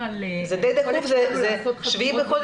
זה יהיה ב-7 בספטמבר,